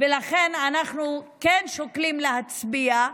ולכן אנחנו כן שוקלים להצביע.